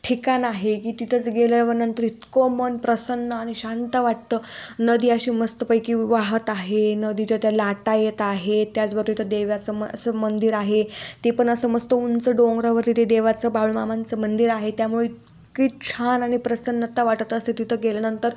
ठिकाण आहे की तिथंच गेल्यावर नंतर इतकं मन प्रसन्न आणि शांत वाटतं नदी अशी मस्तपैकी वाहात आहे नदीच्या त्या लाटा येत आहेत त्याचबरोब तर इथं देव्याचं मग असं मंदिर आहे ते पण असं मस्त उंच डोंगरावरती ते देवाचं बाळूमामांचं मंदिर आहे त्यामुळे इतकी छान आणि प्रसन्नता वाटत असते तिथं गेल्यानंतर